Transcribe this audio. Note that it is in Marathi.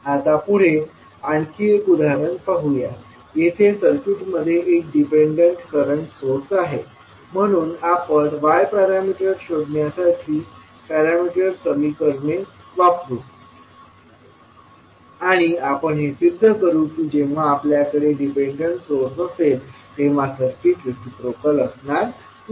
आता पुढे आणखी एक उदाहरण पाहूया येथे सर्किटमध्ये एक डिपेंडंट करंट सोर्स आहे म्हणून आपण y पॅरामीटर्स शोधण्यासाठी पॅरामीटर समीकरणे वापरू आणि आपण हे सिद्ध करू की जेव्हा आपल्याकडे डिपेंडंट सोर्स असेल तेव्हा सर्किट रिसिप्रोकल असणार नाही